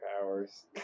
powers